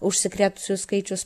užsikrėtusiųjų skaičius